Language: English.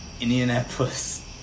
Indianapolis